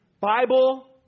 Bible